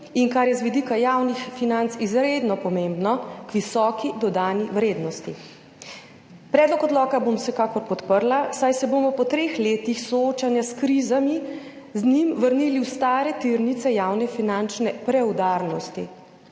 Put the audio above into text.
in kar je z vidika javnih financ izredno pomembno, k visoki dodani vrednosti. Predlog odloka bom vsekakor podprla, saj se bomo po treh letih soočanja s krizami z njim vrnili v stare tirnice javne finančne preudarnosti.